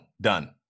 done